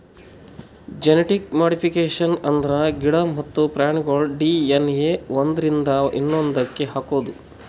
genetic modification ಅಂದ್ರ ಗಿಡ ಮತ್ತ್ ಪ್ರಾಣಿಗೋಳ್ ಡಿ.ಎನ್.ಎ ಒಂದ್ರಿಂದ ಇನ್ನೊಂದಕ್ಕ್ ಹಾಕದು